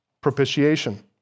propitiation